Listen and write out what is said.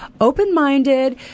open-minded